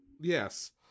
yes